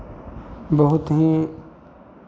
बहुत ही